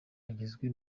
agizwe